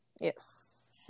Yes